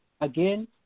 Again